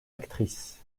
actrice